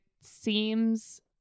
seems